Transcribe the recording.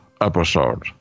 episode